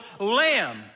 lamb